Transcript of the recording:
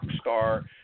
star